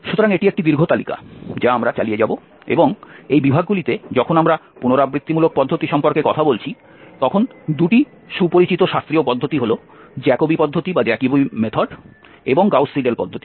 সুতরাং এটি একটি দীর্ঘ তালিকা যা আমরা চালিয়ে যাব এবং এই বিভাগগুলিতে যখন আমরা পুনরাবৃত্তিমূলক পদ্ধতি সম্পর্কে কথা বলছি তখন দুটি সুপরিচিত শাস্ত্রীয় পদ্ধতি হল জ্যাকোবি পদ্ধতি এবং গাউস সিডেল পদ্ধতি